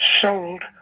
sold